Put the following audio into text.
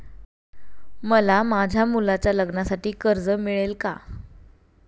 मला माझ्या मुलाच्या लग्नासाठी कर्ज मिळेल का?